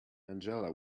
angela